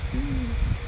mm